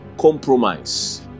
compromise